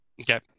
Okay